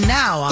now